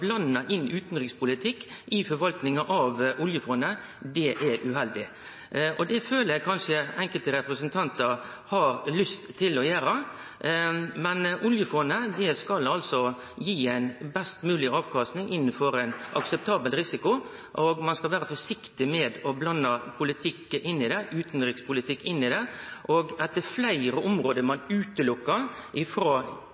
blande inn utanrikspolitikk i forvaltinga av oljefondet er uheldig. Det føler eg kanskje at enkelte representantar har lyst til å gjere. Men oljefondet skal gi best mogleg avkasting med ein akseptabel risiko. Ein skal vere forsiktig med å blande utanrikspolitikk inn i det. Jo fleire område